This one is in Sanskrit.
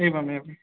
एवम् एवं